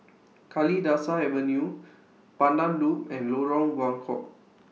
Kalidasa Avenue Pandan Loop and Lorong Buangkok